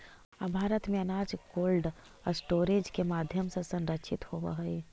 अब भारत में अनाज कोल्डस्टोरेज के माध्यम से संरक्षित होवऽ हइ